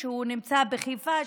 שנמצא בחיפה,